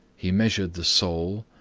he measured the sole,